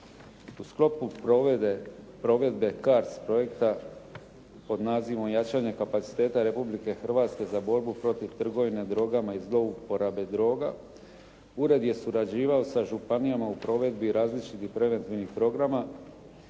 U sklopu provedbe CARDS projekta pod nazivom "Jačanje kapaciteta Republike Hrvatske za borbu protiv trgovine drogama i zlouporabe droga" ured je surađivao sa županijama u provedbi različitih preventivnih programa